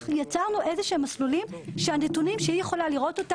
אז יצרנו מסלולים שאת הנתונים היא תוכל לראות,